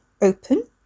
Open